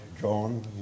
John